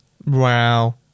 Wow